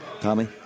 Tommy